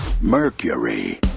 Mercury